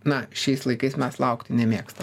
na šiais laikais mes laukti nemėgstam